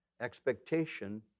expectation